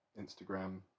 Instagram